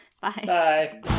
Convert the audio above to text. Bye